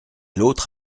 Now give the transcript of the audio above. l’autre